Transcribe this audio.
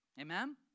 Amen